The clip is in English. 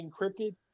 encrypted